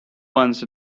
ones